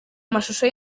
mashusho